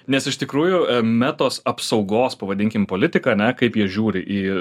nes iš tikrųjų metos apsaugos pavadinkim politika ane kaip jie žiūri į